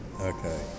Okay